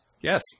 Yes